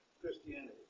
Christianity